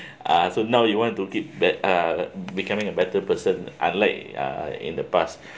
uh so now you want to keep bet uh becoming a better person unlike uh in the past